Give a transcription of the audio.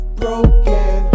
broken